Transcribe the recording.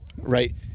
right